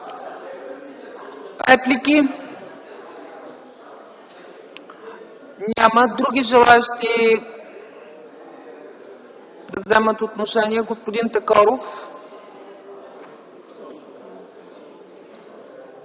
Реплики? Няма. Други желаещи да вземат отношение? Господин Такоров.